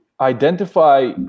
identify